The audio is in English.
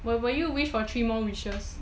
will you wish for three more wishes